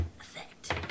Effect